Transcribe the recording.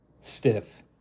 stiff